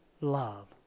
love